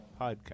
Podcast